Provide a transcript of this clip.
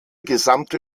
gesamte